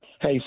Hey